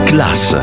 Class